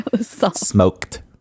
Smoked